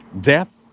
death